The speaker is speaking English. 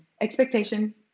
expectation